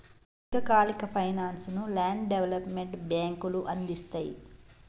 దీర్ఘకాలిక ఫైనాన్స్ ను land development బ్యేంకులు అందిస్తయ్